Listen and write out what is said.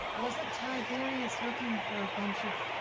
wasn't tiberius looking for a bunch of